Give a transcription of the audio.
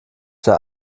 der